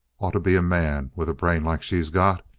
oughta be a man, with a brain like she's got.